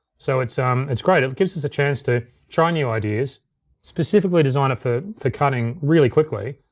so it's um it's great. it gives us a chance to try new ideas specifically design it for for cutting really quickly.